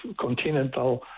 continental